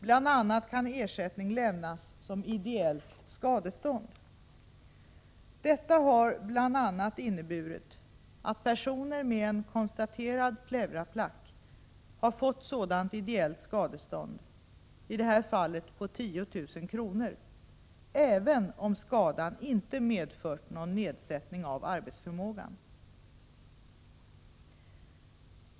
Bl.a. kan ersättning lämnas som ideellt skadestånd. Detta har bl.a. inneburit att personer med en konstaterad pleuraplack har fått sådant ideellt skadestånd, i det här fallet på 10 000 kr., även om skadan inte medfört någon nedsättning av arbetsförmågan.